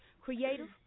Creative